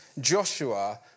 Joshua